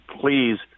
please